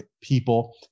people